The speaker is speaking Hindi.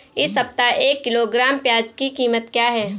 इस सप्ताह एक किलोग्राम प्याज की कीमत क्या है?